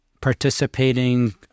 participating